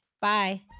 Bye